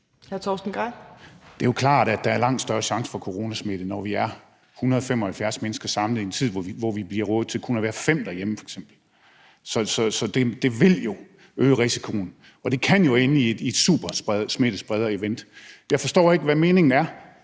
Det er jo klart, at der er langt større risiko for coronasmitte, når vi er 175 mennesker samlet i en tid, hvor vi f.eks. bliver rådet til kun at være fem derhjemme. Så det vil jo øge risikoen, og det kan ende som en supersmittesprederevent. Jeg forstår ikke, hvad meningen er.